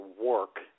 work